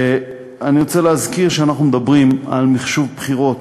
אני רוצה להזכיר שאנחנו מדברים על מחשוב בחירות.